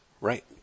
Right